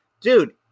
dude